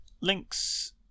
links